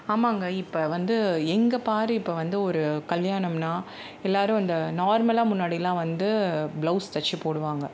ஆமாங்க இப்போ வந்து எங்கே பாரு இப்போ வந்து ஒரு கல்யாணம்னா எல்லோரும் அந்து நார்மலா முன்னாடிலாம் வந்து ப்ளவுஸ் தச்சி போடுவாங்க